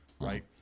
right